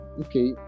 Okay